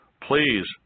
please